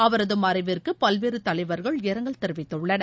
அவரது மறைவிற்கு பல்வேறு தலைவர்கள் இரங்கல் தெரிவித்துள்ளனர்